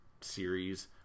series